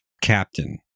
captain